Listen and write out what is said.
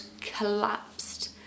collapsed